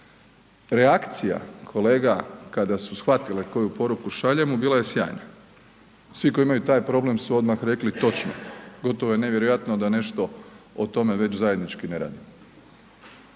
Reakcija kolega kada su shvatile koju poruku šaljemo bila je sjajna. Svi koji imaju taj problem su odmah rekli točno, gotovo je nevjerojatno da nešto o tome već zajednički ne radimo